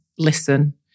Listen